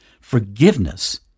Forgiveness